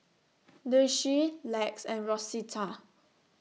Daisye Lex and Rosita